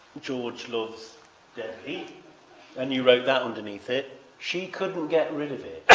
george loves debbie and you wrote that underneath it she couldn't get rid of it.